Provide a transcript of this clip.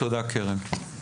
תודה, קרן.